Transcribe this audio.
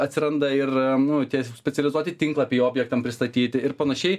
atsiranda ir nu tie specializuoti tinklapiai objektam pristatyti ir panašiai